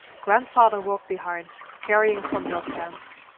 grandfather walked behind, carrying some milk cans.